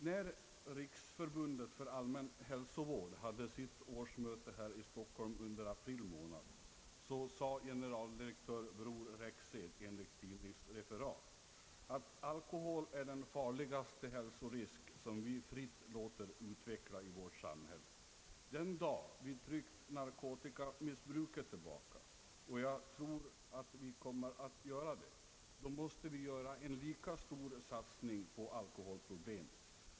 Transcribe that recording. När Riksförbundet för allmän hälsovård hade sitt årsmöte här i Stockholm under april månad sade generaldirektör Bror Rexed enligt tidningsreferat: »Alkohbol är den farligaste hälsorisk som vi fritt låter utvecklas i vårt samhälle. Den dag vi tryckt narkotikamissbruket tillbaka — och jag tror att vi kommer att göra det — då måste vi göra en lika stor satsning på alkoholproblemet.